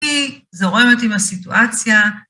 זורמת עם הסיטואציה.